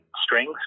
strings